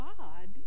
God